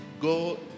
Go